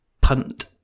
punt